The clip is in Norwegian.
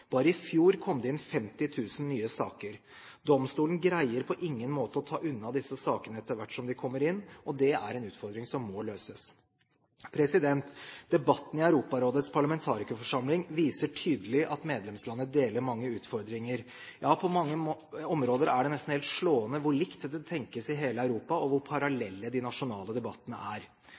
Bare i fjor kom det inn 50 000 nye saker. Domstolen greier på ingen måte å ta unna disse sakene etter hvert som de kommer inn. Det er en utfordring som må løses. Debattene i Europarådets parlamentarikerforsamling viser tydelig at medlemslandene deler mange utfordringer. Ja, på mange områder er det nesten helt slående hvor likt det tenkes i hele Europa, og hvor parallelle de nasjonale debattene er. For to uker siden ble europarådsrapporten «Living together» lagt fram. Den er